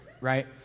right